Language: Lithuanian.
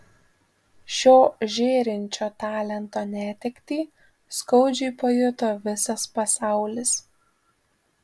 šio žėrinčio talento netektį skaudžiai pajuto visas pasaulis